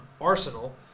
Arsenal